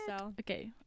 Okay